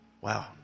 wow